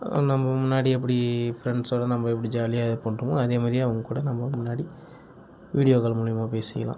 நம்ம முன்னாடி எப்படி ஃப்ரெண்ட்ஸோடு நம்ம எப்படி ஜாலியாக இது பண்றோமோ அதேமாதிரியே அவங்கூட நம்ம முன்னாடி வீடியோ கால் மூலிமா பேசிக்கிலாம்